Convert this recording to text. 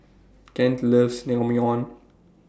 Kent loves Naengmyeon